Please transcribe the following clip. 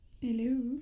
Hello